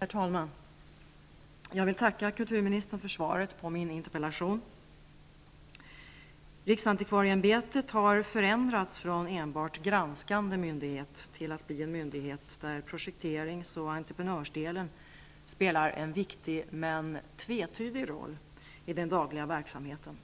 Herr talman! Jag vill tacka kulturministern för svaret på min interpellation. Riksantikvarieämbetet har förändrats från att ha varit enbart en granskande myndighet till att bli en myndighet där projekterings och entreprenörsdelen spelar en viktig men tvetydig roll i den dagliga verksamheten.